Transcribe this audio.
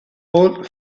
old